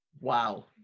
Wow